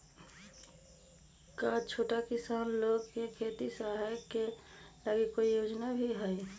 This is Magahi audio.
का छोटा किसान लोग के खेती सहायता के लगी कोई योजना भी हई?